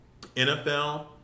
NFL